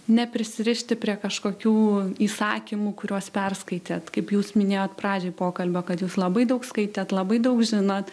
neprisirišti prie kažkokių įsakymų kuriuos perskaitėt kaip jūs minėjot pradžioj pokalbio kad jūs labai daug skaitėte labai daug žinot